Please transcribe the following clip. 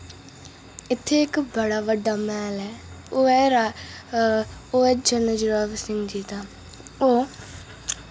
इत्थै इक बड़ा बड्डा मैह्ल ऐ ओह् ऐ ओह् ऐ जनरल जोरावर सिंह जी दा होर